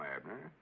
Abner